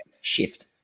shift